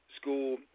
School